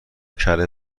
کره